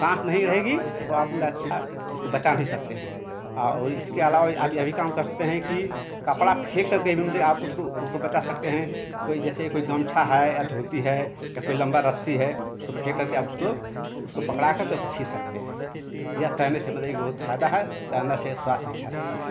साँस नही रहेगी तो आप मला अच्छा उसको बचा नहीं सकते हैं और इसके अलावा आप यह भी काम कर सकते हैं कि कपड़ा फेंक कर के भी मतलब आप उसको उसको बचा सकते हैं कोई जैसे कोई गमछा है या धोती है या कोई लम्बा रस्सी है उसको फेंक कर के आप उसको उसको पकड़ाकर के उससे खींच सकते हैं यह तैरने से मतलब कि बहुत फायदा है तैरने से स्वास्थयू अच्छा रहता है